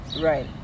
Right